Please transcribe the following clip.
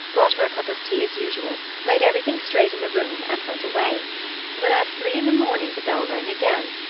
brought her a cup of tea as usual, laid everything straight in the room, and went away but at three in the morning the bell rang again,